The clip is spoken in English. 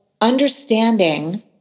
understanding